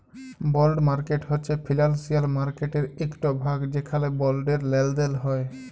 বল্ড market হছে financial মার্কেটের ইকট ভাগ যেখালে বল্ডের লেলদেল হ্যয়